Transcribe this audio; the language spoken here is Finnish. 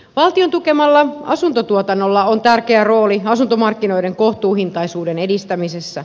valtion tukemalla asuntotuotannolla on tärkeä rooli asuntomarkkinoiden kohtuuhintaisuuden edistämisessä